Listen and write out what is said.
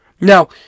Now